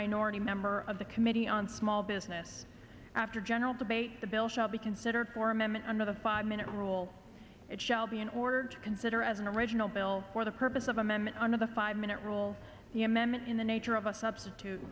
minority member of the committee on small business after general debate the bill shall be considered for a moment under the five minute rule it shall be in order to consider as an original bill for the purpose of amendment under the five minute rule the amendment in the nature of a substitute